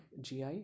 GI